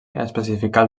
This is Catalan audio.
especificar